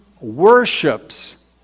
worships